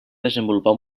desenvolupar